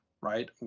right